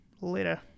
Later